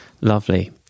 Lovely